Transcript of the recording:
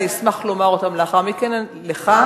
אני אשמח לומר אותם לאחר מכן לך.